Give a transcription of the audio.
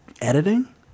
editing